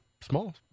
small